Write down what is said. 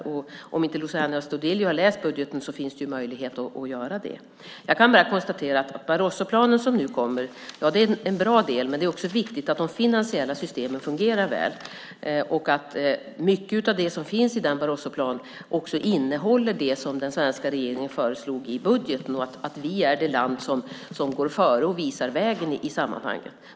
Om Luciano Astudillo inte har läst budgeten finns det möjlighet att göra det. Jag kan bara konstatera att Barrosoplanen som nu kommer är en bra del, men det är också viktigt att de finansiella systemen fungerar väl. Mycket av det som finns i Barrosoplanen innehåller också det som den svenska regeringen föreslog i budgeten, och vi är det land som går före och visar vägen i sammanhanget.